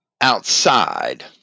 outside